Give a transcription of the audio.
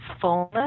fullness